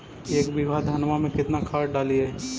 एक बीघा धन्मा में केतना खाद डालिए?